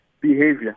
behavior